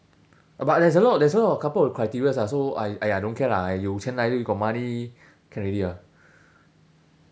uh but there's a lot there's a lot of couple of criterias lah so I !aiya! I don't care lah 有钱来 you got money can already lah